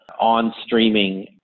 on-streaming